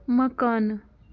مکانہٕ